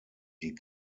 die